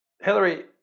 Hillary